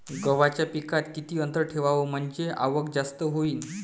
गव्हाच्या पिकात किती अंतर ठेवाव म्हनजे आवक जास्त होईन?